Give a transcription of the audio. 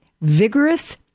vigorous